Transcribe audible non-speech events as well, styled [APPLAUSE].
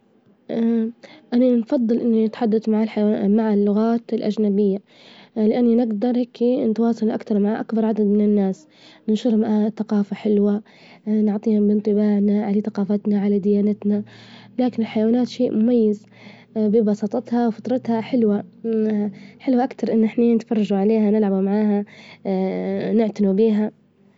أنا نفظل إني أتحدث مع الحيو- [HESITATION] مع اللغات الأجنبية، لأني نجدر هيك نتواصل أكتر مع أكبر عدد من الناس، ننشرهم [HESITATION] ثجافة حلوة، [HESITATION] نعطيهم بانطباعنا أهلي ثجافتنا على ديانتنا، لكن الحيوانات شيء مميز، [HESITATION] ببساطتها، فطرتها حلوة [HESITATION] حلو أكتر إنه إحنا نتفرجوا عليها، نلعبوا معاها، نعتنوا بيها.